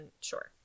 sure